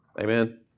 Amen